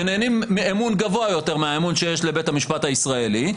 שנהנים מאמון גבוה יותר מהאמון שיש לבית המשפט הישראלי,